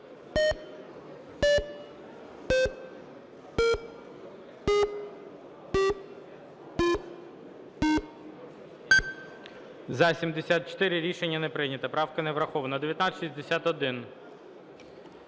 За-75 Рішення не прийнято. Правка не врахована.